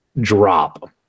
drop